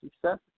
success